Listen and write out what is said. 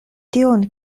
tion